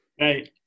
Right